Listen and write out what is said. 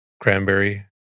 Cranberry